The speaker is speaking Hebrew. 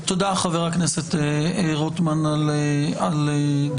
תודה, חבר הכנסת רוטמן על דבריך.